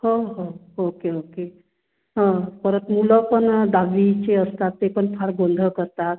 हो हो okay okay परत मुलं पण दहावीचे असतात ते पण फार गोंधळ करतात